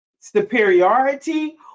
superiority